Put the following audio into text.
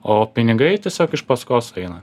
o pinigai tiesiog iš paskos eina